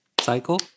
cycle